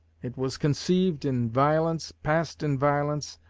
it was conceived in violence, passed in violence,